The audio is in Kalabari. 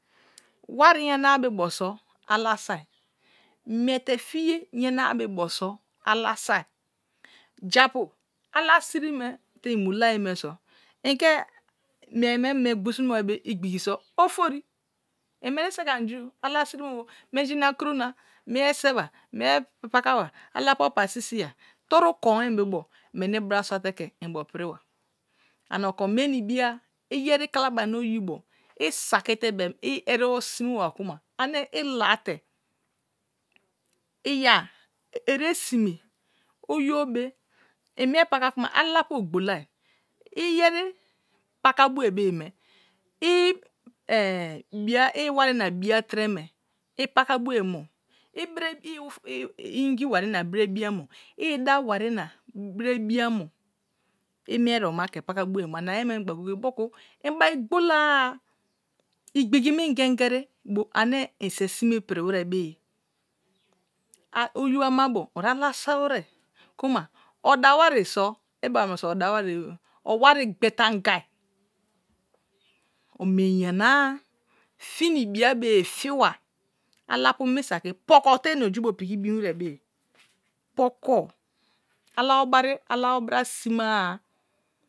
wari yana be bo so̱ ala soai miete̱ faye yana be bo so̱ ala soai ja ala siri me te imu la yemeso inke mieye me mie ghasunu ma wai igbig so ofori, inveni satre ans ju ala siti malo menji na keurona mie seba nice paka alapu opu sisi ya, toru koai be bo meni bra suate the umbo pribwa. Ani du miena ibiya, iyeri kalabari na oyibo i satu te trebo sime wa kuma ane ila te iya étésine oyibo. be imie paka kuma alapu ogbolai iyen paka bio be ye me i mwan na bia tire me ipaka bue mo? iungo wan na brebiya i da wari na be béya mo? I mie étébo ma ke pakabio mo ana ayi ma agba goye gaye maku jibai gloola-a igbigi me ingen ingen bru ane inse sime pri wire berge oyibo ama bo olaya so wise kuma odawari so ibawa odawan owari gbe te angai omieye yana a fina lorija berfe fiba alapu misaki poko te ina lou piki bin wire beye potro. Alabo bari ala bo bra sima-a.